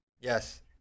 Yes